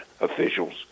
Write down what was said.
officials